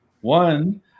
One